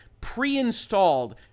pre-installed